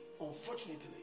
unfortunately